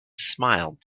smiled